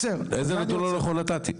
איזה נתון לא נכון נתתי?